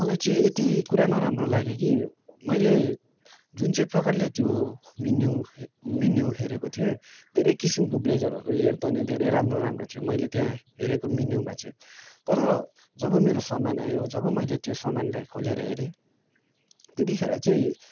मलाई चाहिँ यति कुरा नराम्रो लाग्यो कि मैले जुन चाहिँ प्रकारले त्यो मेन्यू मेन्यू हेरेको थिएँ धेरै किसिमको ब्लेजरहरू हेर्दा नि धेरै राम्रो राम्रो थियो मैले त्यहाँ हेरेको मेन्यूमा चाहिँ तर जब मेरो सामान आयो जब मैले त्यो सामानलाई खोलेर हेरेँ त्यतिखेर चाहिँ